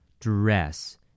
Dress